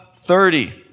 thirty